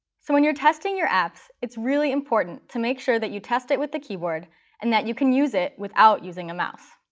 so when you're testing your apps, it's really important to make sure that you test it with the keyword and that you can use it without using a mouse.